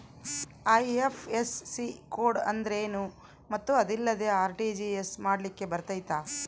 IFSC code ಅಂದ್ರೇನು ಮತ್ತು ಅದಿಲ್ಲದೆ ಆರ್.ಟಿ.ಜಿ.ಎಸ್ ಮಾಡ್ಲಿಕ್ಕೆ ಬರ್ತೈತಾ?